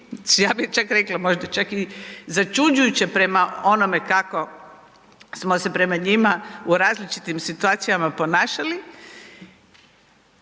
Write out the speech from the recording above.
ja bi čak rekla možda čak i začuđujuće prema onome kako smo se prema njima u različitim situacijama ponašali,